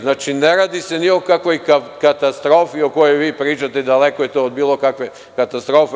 Znači, ne radi se ni o kakvoj katastrofi o kojoj vi pričate, daleko je to od bilo kakve katastrofe.